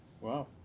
Wow